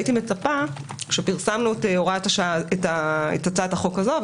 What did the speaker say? הייתי מצפה כשפרסמנו את הצעת החוק הזאת,